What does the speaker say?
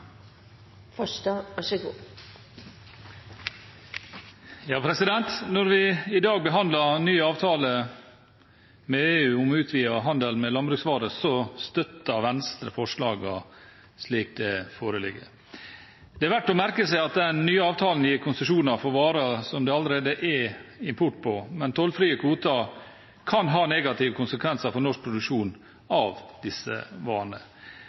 Når vi i dag behandler ny avtale med EU om utvidet handel med landbruksvarer, støtter Venstre forslagene slik de foreligger. Det er verd å merke seg at den nye avtalen gir konsesjoner for varer som det allerede er import på, men tollfrie kvoter kan ha negative konsekvenser for norsk produksjon